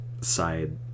side